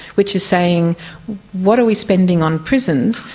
which is saying what are we spending on prisons?